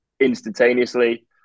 instantaneously